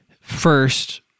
first